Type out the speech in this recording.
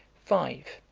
five.